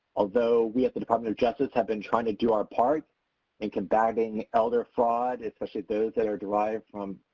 although we at the department of justice have been trying to do our part in combating elder fraud especially those that are derived from